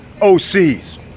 OCs